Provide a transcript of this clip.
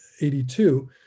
82